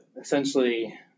essentially